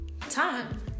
time